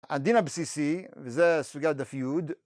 ‫הדין הבסיסי, וזה סוגיה דף יוד.